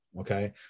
okay